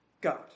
God